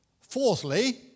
Fourthly